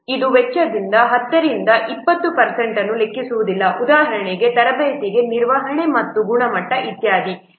ಇದು ವೆಚ್ಚದ 10 ರಿಂದ 20 ಅನ್ನು ಲೆಕ್ಕಿಸುವುದಿಲ್ಲ ಉದಾಹರಣೆಗೆ ತರಬೇತಿ ನಿರ್ವಹಣೆ ಮತ್ತು ಗುಣಮಟ್ಟ ಇತ್ಯಾದಿ